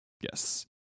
Yes